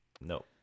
No